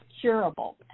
curable